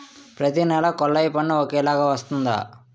ప్రతి నెల కొల్లాయి పన్ను ఒకలాగే వస్తుందా?